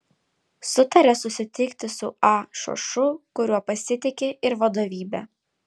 sutarė susitikti su a šošu kuriuo pasitiki ir vadovybė